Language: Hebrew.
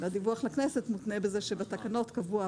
נותן שירות או